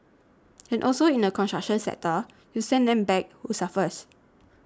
and also in the construction sector you send them back who suffers